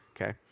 Okay